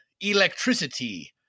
electricity